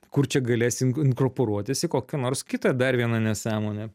kur čia galės in inkorporuotis į kokią nors kitą dar vieną nesąmonę